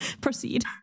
Proceed